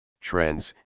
trends